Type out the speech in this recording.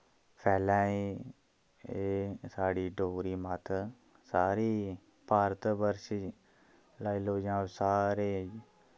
फैले एह् एह् साढ़ी डोगरी मत्त सारी भारतवर्ष च लाई लैओ जां सारे